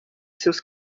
seus